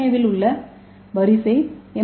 ஏவில் உள்ள வரிசை எம்